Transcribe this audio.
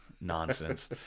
nonsense